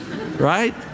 right